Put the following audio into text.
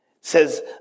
Says